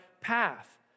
path